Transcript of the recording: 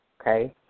Okay